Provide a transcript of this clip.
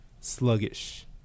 sluggish